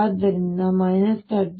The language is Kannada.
ಆದ್ದರಿಂದ ಇದು 13